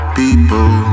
people